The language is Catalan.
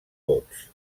vots